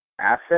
asset